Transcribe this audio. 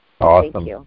awesome